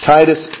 Titus